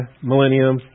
millennium